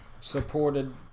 supported